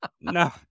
No